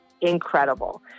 incredible